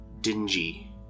dingy